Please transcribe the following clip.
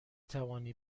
توانی